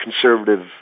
conservative